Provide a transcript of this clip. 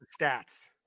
stats